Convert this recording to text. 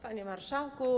Panie Marszałku!